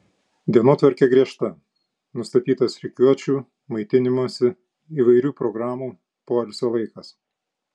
dienotvarkė griežta nustatytas rikiuočių maitinimosi įvairių programų poilsio laikas